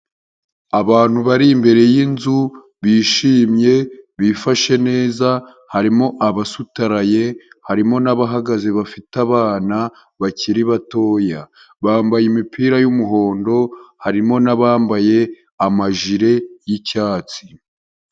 Abantu bari imbere y'inzu bishimye bifashe neza, harimo abasutaraye harimo n'abahagaze bafite abana bakiri batoya, bambaye imipira y'umuhondo harimo n'abambaye amajire y'icyatsi.